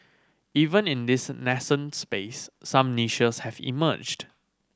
even in this nascent space some niches have emerged